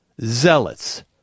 Zealots